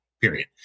period